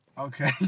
Okay